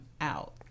out